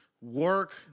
Work